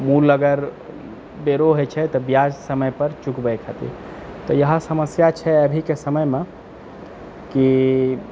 मूल अगर देरो होइत छै तऽ बियाज समय पर चुकबै खातिर तऽ इएह समस्या छै अभी के समयमे कि